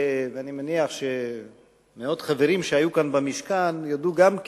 ואני מניח שמאות חברים שהיו כאן במשכן ידעו גם כן,